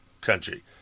country